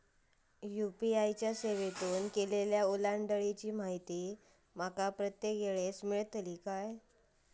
UPI च्या सेवेतून केलेल्या ओलांडाळीची माहिती माका प्रत्येक वेळेस मेलतळी काय?